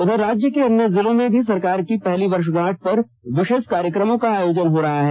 उधर राज्य के अन्य जिलों में भी सरकार की पहली वर्षगांठ पर विशेष कार्यक्रमों का आयोजन हो रहा है